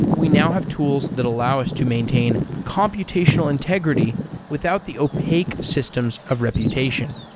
we now have tools that allow us to maintain computational integrity without the opaque systems of reputation.